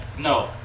No